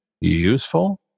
useful